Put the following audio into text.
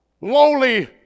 lowly